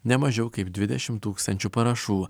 ne mažiau kaip dvidešim tūkstančių parašų